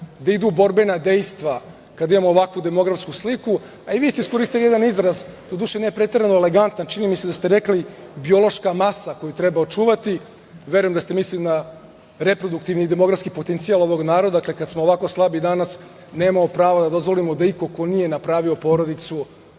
da idu u borbena dejstva kad imamo ovakvu demografsku sliku, a i vi ste iskoristili jedan izraz, doduše, ne preterano elegantan, čini mi se da ste rekli – biološka masa koju treba očuvati. Verujem da ste mislili na reproduktivni i demografski potencijal ovog naroda, dakle, kad smo ovako slabi danas, nemamo prava da dozvolimo da iko ko nije napravio porodicu